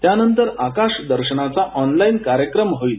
त्यानंतर आकाश दर्शनाचा ऑनलाइन कार्यक्रम होईल